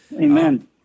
Amen